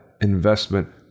investment